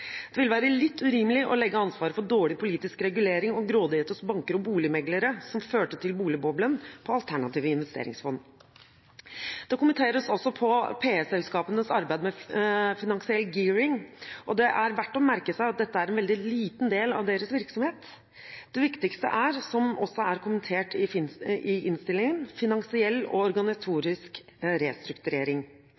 Det ville være litt urimelig å legge ansvaret for dårlig politisk regulering og grådighet hos banker og boligmeglere, som førte til boligboblen, på alternative investeringsfond. PE-selskapenes arbeid med finansiell «gearing» kommenteres også. Det er verdt å merke seg at dette er en veldig liten del av deres virksomhet. Det viktigste er, noe som også kommenteres i innstillingen, finansiell og